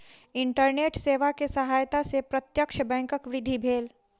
internet सेवा के सहायता से प्रत्यक्ष बैंकक वृद्धि भेल